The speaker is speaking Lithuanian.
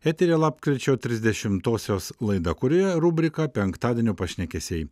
eteryje lapkričio trisdešimtosios laida kurioje rubrika penktadienio pašnekesiai